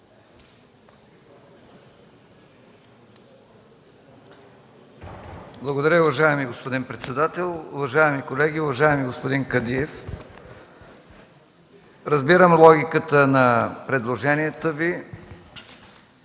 Благодаря. Уважаеми господин председател, уважаеми колеги! Уважаеми господин Кадиев, разбирам логиката на предложението Ви,